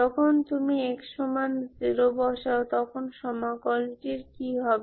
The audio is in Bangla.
যখন তুমি x0 বসাও তখন সমাকল টির কি হবে